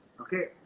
Okay